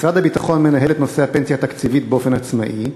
משרד הביטחון מנהל את נושא הפנסיה התקציבית באופן עצמאי,